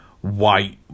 White